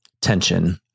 tension